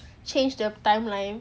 change the timeline